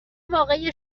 واقعی